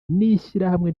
n’ishyirahamwe